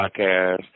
podcast